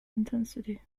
intensity